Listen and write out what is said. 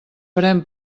farem